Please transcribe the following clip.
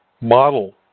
model